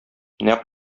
нәкъ